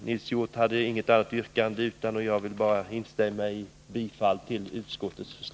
Nils Hjorth hade inget annat yrkande än om bifall till utskottets hemställan, och jag vill instämma i det.